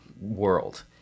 world